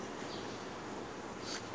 pass by islamic then you go to